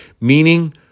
Meaning